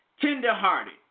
tenderhearted